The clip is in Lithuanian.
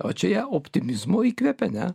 o čia ją optimizmo įkvepia ne